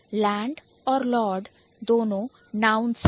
Land और lord land और lord दोनों Nouns हैं